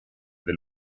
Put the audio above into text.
del